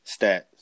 stats